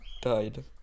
Died